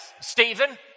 Stephen